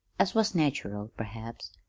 as was natural, perhaps,